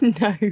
No